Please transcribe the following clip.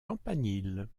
campanile